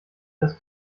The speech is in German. das